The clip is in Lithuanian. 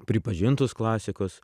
pripažintus klasikus